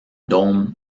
dôme